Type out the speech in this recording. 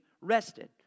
rested